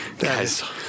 Guys